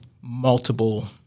multiple